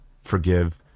forgive